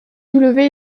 soulevez